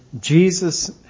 Jesus